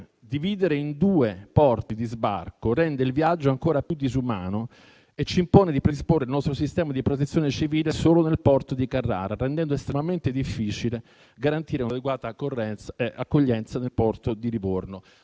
«Dividere in due porti di sbarco rende il viaggio (...) ancora più disumano e ci impone di predisporre il nostro sistema di protezione civile solo nel porto di Carrara, rendendo estremamente difficile garantire un'adeguata accoglienza nel porto di Livorno».